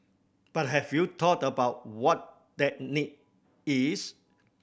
but have you thought about what that need is